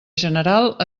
general